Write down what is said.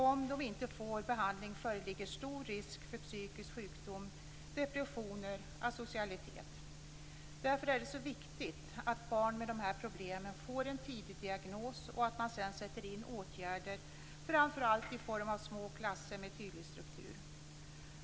Om de inte får behandling föreligger stor risk för psykisk sjukdom, depressioner och asocialitet. Därför är det så viktigt att barn med dessa problem får en tidig diagnos och att man sedan sätter in åtgärder, framför allt i form av små klasser med tydlig struktur.